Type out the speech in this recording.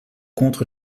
contre